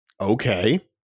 okay